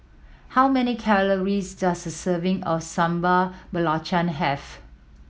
how many calories does a serving of Sambal Belacan have